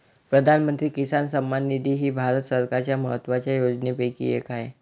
प्रधानमंत्री किसान सन्मान निधी ही भारत सरकारच्या महत्वाच्या योजनांपैकी एक आहे